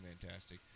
fantastic